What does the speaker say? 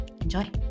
Enjoy